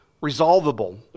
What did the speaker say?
resolvable